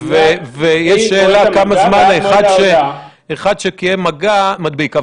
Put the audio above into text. ויש שאלה כמה זמן אחד שקיים מגע מדביק.